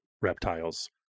reptiles